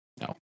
no